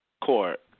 Court